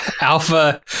Alpha